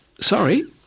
sorry